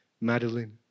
Madeline